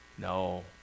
No